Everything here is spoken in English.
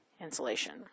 insulation